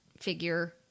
figure